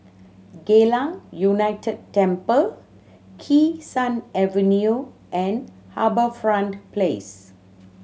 Geylang United Temple Kee Sun Avenue and HarbourFront Place